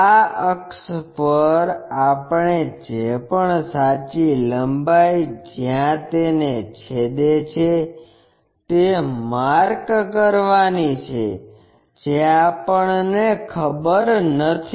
આ અક્ષ પર આપણે જે પણ સાચી લંબાઈ જ્યાં તેને છેદે છે તે માર્ક કરવાની છે જે આપણને ખબર નથી